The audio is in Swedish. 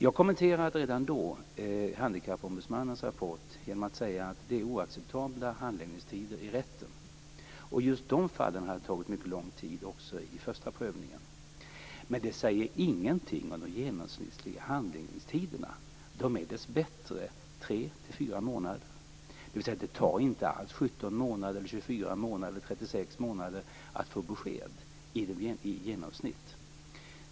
Jag kommenterade redan då Handikappombudsmannens rapport genom att säga att det är oacceptabla handläggningstider i rätten, och just de fallen hade tagit mycket lång tid också i första prövningen. Men det säger ingenting om de genomsnittliga handläggningstiderna. De är dessbättre tre fyra månader. Det tar alltså inte alls 17, 24 eller 36 månader att få besked - i genomsnitt.